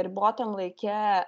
ribotam laike